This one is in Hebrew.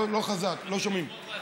רוצה להסביר, כן, לא שומעים.